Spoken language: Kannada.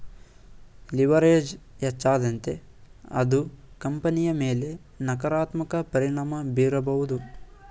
ಲಿವರ್ಏಜ್ ಹೆಚ್ಚಾದಂತೆ ಅದು ಕಂಪನಿಯ ಮೇಲೆ ನಕಾರಾತ್ಮಕ ಪರಿಣಾಮ ಬೀರಬಹುದು